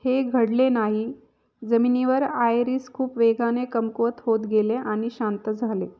हे घडले नाही जमिनीवर आयरिस खूप वेगाने कमकुवत होत गेले आणि शांत झाले